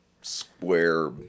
square